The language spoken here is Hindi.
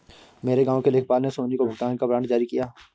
मेरे गांव के लेखपाल ने सोनी को भुगतान का वारंट जारी किया